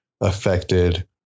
affected